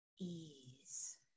ease